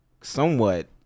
somewhat